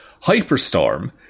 Hyperstorm